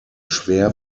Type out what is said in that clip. schwer